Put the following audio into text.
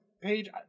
page